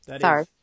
Sorry